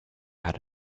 had